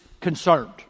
concerned